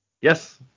Yes